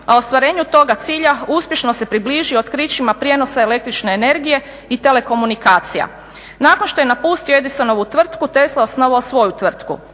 a ostvarenju toga cilja uspješno se približio otkrićima prijenosa električne energije i telekomunikacija. Nakon što je napustio Edisonovu tvrtku Tesla je osnovao svoju tvrtku.